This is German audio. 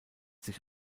sich